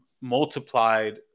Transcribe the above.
multiplied